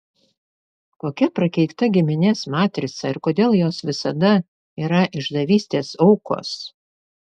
kokia prakeikta giminės matrica ir kodėl jos visada yra išdavystės aukos